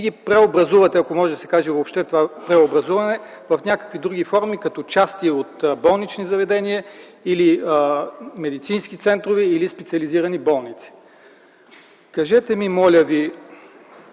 ги преобразувате, ако може да се каже въобще „преобразуване”, в някакви други форми като части от болнични заведения или медицински центрове, или специализирани болници. Кажете ми, моля Ви: